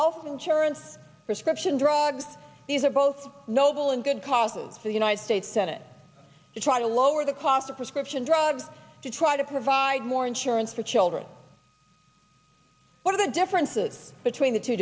health insurance prescription drugs these are both noble and good causes the united states senate to try to lower the cost of prescription drugs to try to provide more insurance for children what are the differences between the two